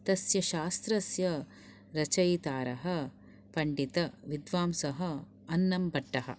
तस्य शास्त्रस्य रचयितारः पण्डितविद्वांसः अन्नम्भट्टः